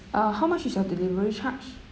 uh how much is your delivery charge